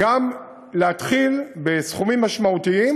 גם להתחיל בסכומים משמעותיים,